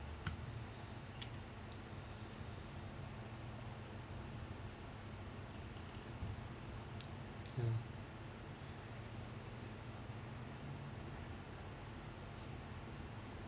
hmm